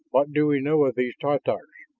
what do we know of these tatars?